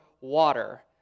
water